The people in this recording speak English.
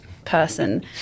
person